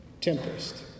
tempest